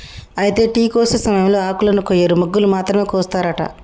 అయితే టీ కోసే సమయంలో ఆకులను కొయ్యరు మొగ్గలు మాత్రమే కోస్తారట